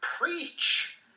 preach